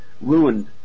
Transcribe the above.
ruined